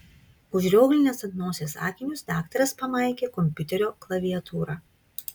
užrioglinęs ant nosies akinius daktaras pamaigė kompiuterio klaviatūrą